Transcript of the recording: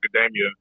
Academia